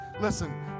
listen